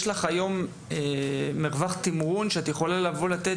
יש לך היום מרווח תמרון שבו את יכולה לבוא ולתת